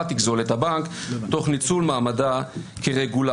תגזול את הבנק תוך ניצול מעמדה כרגולטור.